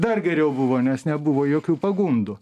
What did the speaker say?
dar geriau buvo nes nebuvo jokių pagundų